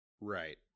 Right